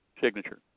signature